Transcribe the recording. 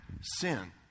sin